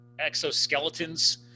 exoskeletons